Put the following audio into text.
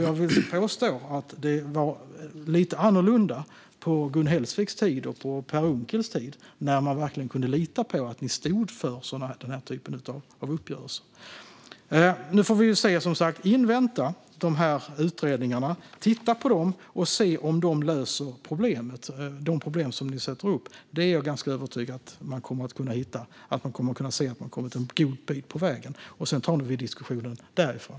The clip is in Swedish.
Jag vill påstå att det var lite annorlunda på Gun Hellsviks och Per Unckels tid när vi verkligen kunde lita på att ni stod för den typen av uppgörelser. Nu får vi invänta utredningarna, titta på dem och se om de löser de problem ni har tagit upp. Jag är övertygad om att vi kan se att man har kommit en god bit på vägen. Sedan kan vi ta diskussionen därifrån.